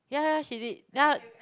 ya ya ya she did ya